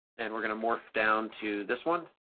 and we're gonna morph down to this one,